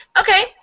okay